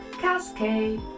Cascade